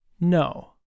No